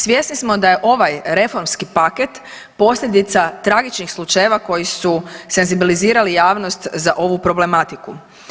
Svjesni smo da je ovaj reformski paket posljedica tragičnih slučajeva koji su senzibilizirali javnost za ovu problematiku.